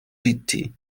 beatty